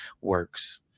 works